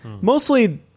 Mostly